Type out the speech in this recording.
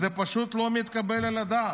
זה פשוט לא מתקבל על הדעת.